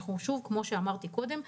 כמו שאמרתי קודם,